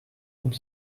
und